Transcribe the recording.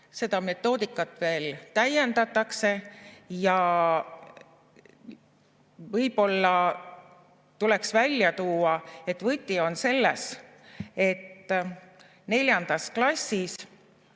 Seda metoodikat veel täiendatakse. Ja võib-olla tuleks välja tuua, et võti on selles, et neljandas klassis,